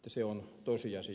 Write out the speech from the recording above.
se on tosiasia